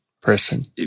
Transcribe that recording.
person